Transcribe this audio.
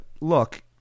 look